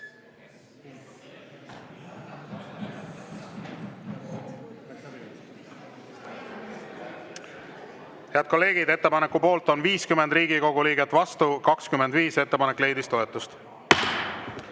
Head kolleegid! Ettepaneku poolt on 50 Riigikogu liiget, vastu 25, ettepanek leidis toetust.